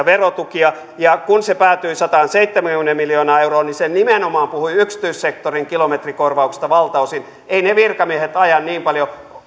verotukia ja kun se päätyi sataanseitsemäänkymmeneen miljoonaan euroon niin se nimenomaan puhui yksityissektorin kilometrikorvauksista valtaosin eivät ne virkamiehet aja niin paljon